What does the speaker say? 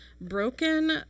broken